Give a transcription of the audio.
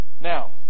Now